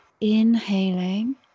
inhaling